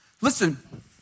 Listen